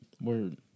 Word